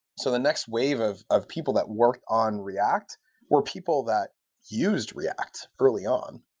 so the next wave of of people that work on react were people that used react early on.